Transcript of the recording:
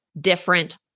different